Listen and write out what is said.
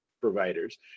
providers